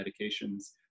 medications